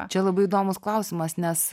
čia labai įdomus klausimas nes